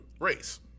race